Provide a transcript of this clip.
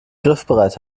griffbereit